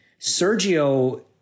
Sergio